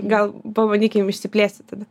gal pabandykim išsiplėsti tada